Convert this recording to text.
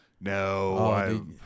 No